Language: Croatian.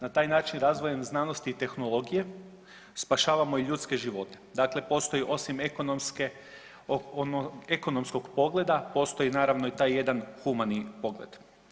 Na taj način razvojem znanosti i tehnologije spašavamo i ljudske živote, dakle postoji osim ekonomskog pogleda postoji naravno i taj jedan humani pogled.